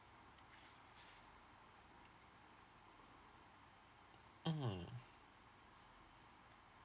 (uh huh)